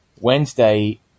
Wednesday